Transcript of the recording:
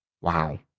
Wow